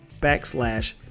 backslash